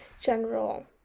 general